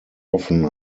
often